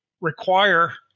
require